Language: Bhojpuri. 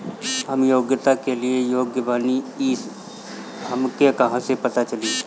हम योजनाओ के लिए योग्य बानी ई हमके कहाँसे पता चली?